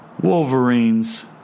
Wolverines